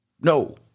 no